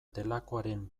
delakoaren